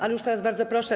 Ale już teraz bardzo proszę.